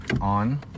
on